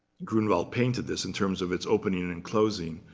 grunewald painted this, in terms of its opening and and closing,